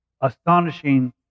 astonishing